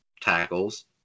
tackles